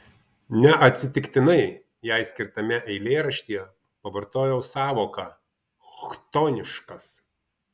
neatsitiktinai jai skirtame eilėraštyje pavartojau sąvoką chtoniškas